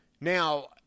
Now